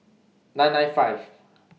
nine nine five